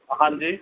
ਹਾਂਜੀ